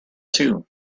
too